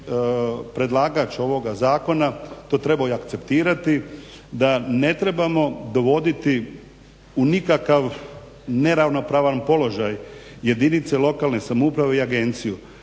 predlagač ovoga zakona to trebao i akceptirati da ne trebamo dovoditi u nikakav neravnopravan položaj jedinice lokalne samouprave i agenciju.